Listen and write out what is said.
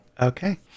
Okay